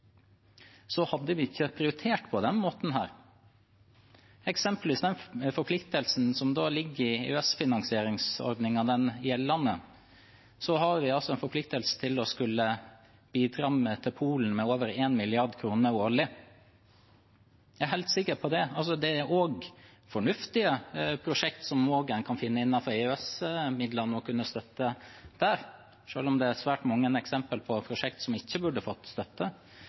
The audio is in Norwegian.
så hadde vi ikke prioritert på denne måten. Når det f.eks. gjelder den forpliktelsen som ligger i den gjeldende EØS-finansieringsordningen, har vi en forpliktelse til å skulle bidra med over 1 mrd. kr årlig til Polen. Man kan også finne fornuftige prosjekter å støtte innenfor EØS-midlene, selv om det er svært mange eksempler på prosjekter som ikke burde fått støtte.